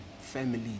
family